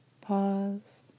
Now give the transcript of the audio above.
Pause